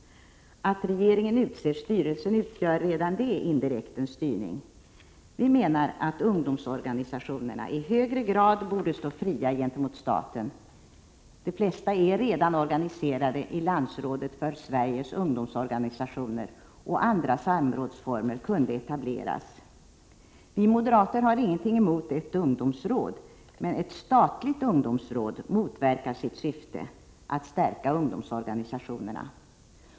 Att regeringen utser styrelsen utgör redan det indirekt en styrning. Vi menar att ungdomsorganisationerna i högre grad borde stå fria gentemot staten. De flesta är redan organiserade i Landsrådet för Sveriges ungdomsorganisationer, och andra samrådsformer kunde etableras. Vi moderater har ingenting emot ett ungdomsråd. Ett statligt ungdomsråd motverkar däremot sitt syfte — att stärka ungdomsorganisationerna.